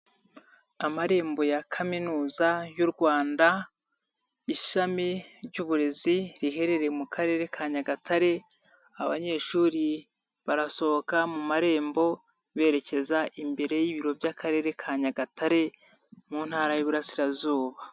Amarembo ya kaminuza y'u Rwanda, ishami ry'uburezi, riherereye mu Karere ka Nyagatare, abanyeshuri barasohoka mu marembo, berekeza imbere y'ibiro by'Akarere ka Ayagatare mu ntara y'Iburasirazuba.